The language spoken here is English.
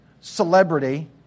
celebrity